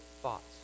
thoughts